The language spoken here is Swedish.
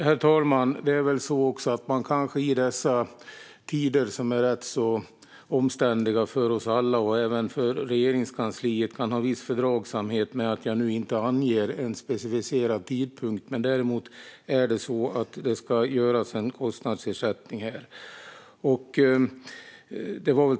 Herr talman! Man kanske i dessa tider, som är rätt omständliga för oss alla och även för Regeringskansliet, kan ha viss fördragsamhet med att jag nu inte anger en specificerad tidpunkt. Däremot är det så att det ska göras en kostnadsersättning här.